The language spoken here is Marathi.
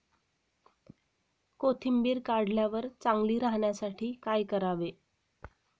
कोथिंबीर काढल्यावर चांगली राहण्यासाठी काय करावे?